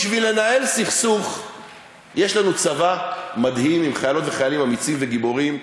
בשביל לנהל סכסוך יש לנו צבא מדהים עם חיילות וחיילים אמיצים וגיבורים,